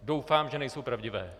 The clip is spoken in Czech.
Doufám, že nejsou pravdivé.